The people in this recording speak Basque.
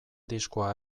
diskoa